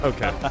Okay